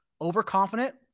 overconfident